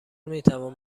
میتوان